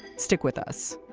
stick with us